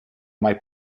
mai